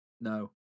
No